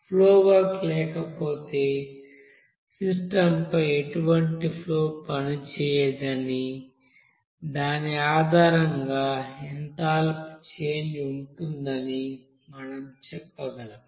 flow work లేకపోతే system పై ఎటువంటి ఫ్లో పనిచేయదని దాని ఆధారంగా ఎంథాల్పీ చేంజ్ ఉంటుందని మనం చెప్పగలం